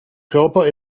körper